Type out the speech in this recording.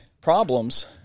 problems